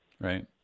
Right